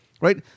right